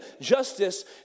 justice